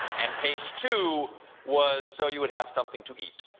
and page two was so you would have something to eat.